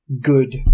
good